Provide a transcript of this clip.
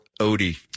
Odie